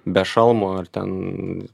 be šalmo ar ten